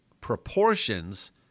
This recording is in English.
proportions